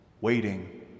Waiting